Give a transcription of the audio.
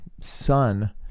son